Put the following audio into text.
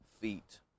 feet